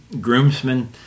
groomsmen